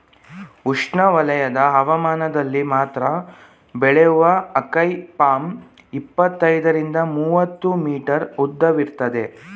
ಉಷ್ಣವಲಯದ ಹವಾಮಾನದಲ್ಲಿ ಮಾತ್ರ ಬೆಳೆಯುವ ಅಕೈ ಪಾಮ್ ಇಪ್ಪತ್ತೈದರಿಂದ ಮೂವತ್ತು ಮೀಟರ್ ಉದ್ದವಿರ್ತದೆ